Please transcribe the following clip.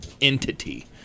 entity